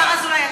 השר אזולאי,